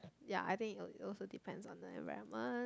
ya I think it also also depends on the environment